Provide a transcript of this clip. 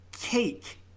cake